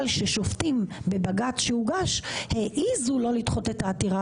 ששופטים בבג"צ שהוגש העזו לא לדחות את העתירה